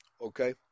Okay